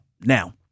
now